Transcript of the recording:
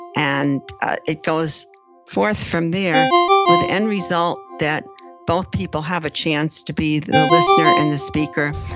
and it goes forth from there with the end result that both people have a chance to be the listener and the speaker.